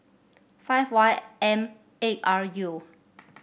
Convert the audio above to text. five Y M eight R U